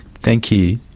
thank you.